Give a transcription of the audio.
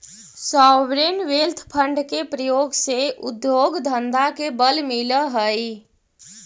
sovereign wealth fund के प्रयोग से उद्योग धंधा के बल मिलऽ हई